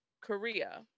Korea